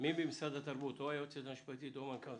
מי ממשרד התרבות או היועצת המשפטית או מנכ"ל